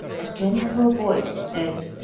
a gentle voice said,